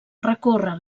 recorre